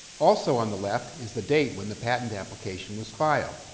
also on the left is the date when the patent application was filed,